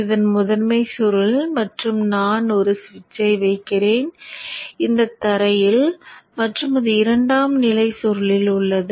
இது முதன்மை சுருள் மற்றும் நான் ஒரு சுவிட்சை வைக்கிறேன் இந்த தரையில் மற்றும் அது இரண்டாம் நிலை சுருளில் உள்ளது